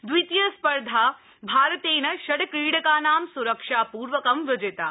दवितीया स्पर्धा भारतेन षड् क्रीडकानां स्रक्षापूर्वकं विजिता